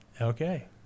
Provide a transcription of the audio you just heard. Okay